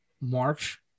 March